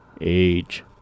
Age